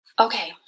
Okay